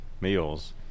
Meals